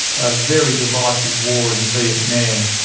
a very divisive war in vietnam.